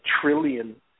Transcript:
trillion